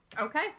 Okay